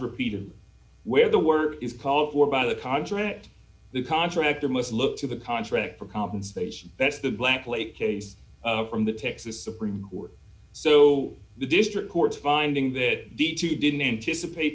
repeated where the work is called for by the contract the contractor must look to the contract for compensation that's the black plague case from the texas supreme court so the district court finding that the two didn't anticipate